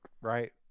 right